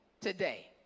today